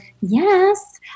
Yes